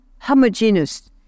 homogeneous